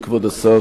כבוד השר,